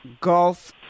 golf